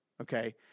okay